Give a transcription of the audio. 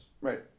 Right